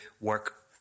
work